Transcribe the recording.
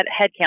headcount